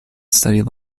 studied